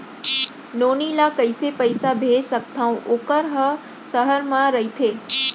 नोनी ल कइसे पइसा भेज सकथव वोकर ह सहर म रइथे?